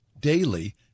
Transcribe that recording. daily